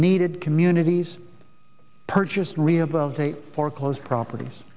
needed communities purchased rehabilitate foreclosed properties